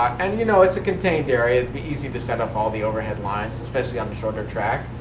and you know it's a contained area. it would easy to set up all the overhead lines, especially on a shorter track.